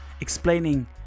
explaining